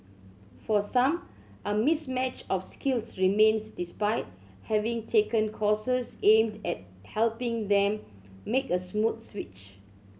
for some a mismatch of skills remains despite having taken courses aimed at helping them make a smooth switch